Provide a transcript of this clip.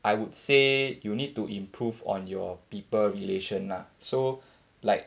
I would say you need to improve on your people relation lah so like